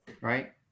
right